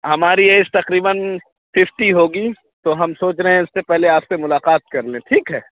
ہماری ایج تقریباً ففٹی ہوگی تو ہم سوچ رہے ہیں اس سے پہلے آپ سے ملاقات کر لیں ٹھیک ہے